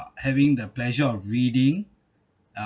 having the pleasure of reading